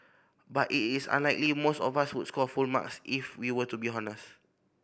but it is unlikely most of us would score full marks if we were to be honest